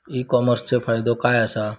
E कॉमर्सचो फायदो काय असा?